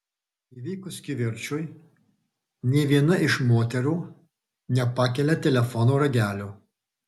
įvykus kivirčui nė viena iš moterų nepakelia telefono ragelio